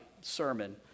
sermon